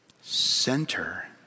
center